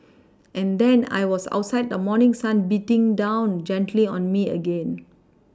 and then I was outside the morning sun beating down gently on me again